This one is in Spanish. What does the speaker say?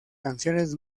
canciones